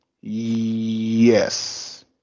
Yes